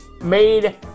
made